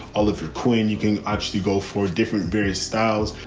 oliver queen, you can actually go for different various styles.